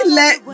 let